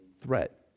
threat